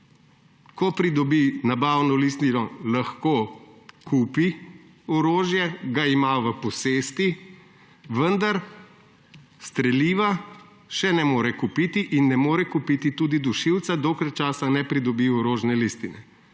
Ko pridobi nabavno listino, lahko kupi orožje, ga ima v posesti, vendar streliva še ne more kupiti in ne more kupiti tudi dušilca, dokler ne pridobi orožne listine.